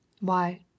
Why—